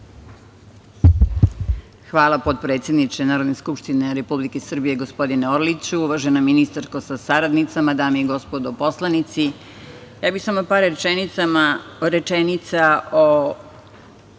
Hvala potpredsedniče Narodne skupštine Republike Srbije, gospodine Orliću. Uvažena ministarko sa saradnicima, dame i gospodo poslanici, ja bih samo par rečenica o